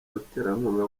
abaterankunga